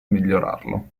migliorarlo